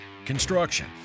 construction